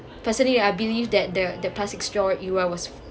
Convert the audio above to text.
personally I believe that the the plastic straw era was